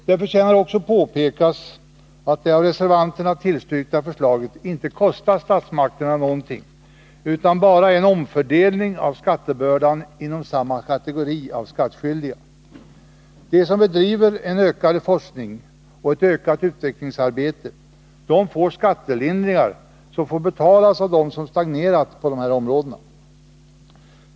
Det förtjänar också påpekas att det av reservanterna tillstyrkta förslaget inte kostar statsmakterna någonting, utan bara är en omfördelning av skattebördan inom samma kategori av skattskyldiga. De som bedriver en ökande forskning och ett ökat utvecklingsarbete får skattelindringar, som får betalas av dem som stagnerat på dessa områden.